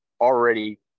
already